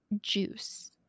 juice